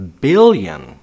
billion